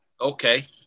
Okay